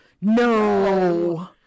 no